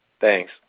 Thanks